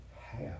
half